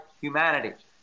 humanity